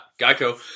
Geico